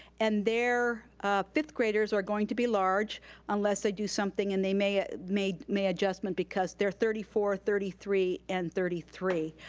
and their fifth graders are going to be large unless they do something, and they may ah may adjustment because they're thirty four, thirty three and thirty three.